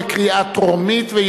ביטול התנאי להתרחשותה של חבלה